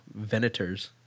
venators